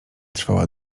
trwała